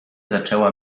zaczęła